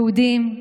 יהודים,